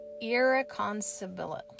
irreconcilable